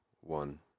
one